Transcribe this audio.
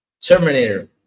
Terminator